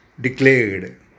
declared